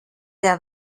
der